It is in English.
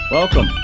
Welcome